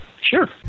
Sure